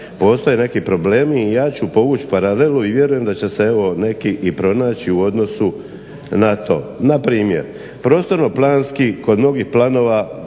postoje neki problemi i ja ću povuć paralelu i vjerujem da će se evo neki i pronaći u odnosu na to. Na primjer prostorno-planski kod mnogih planova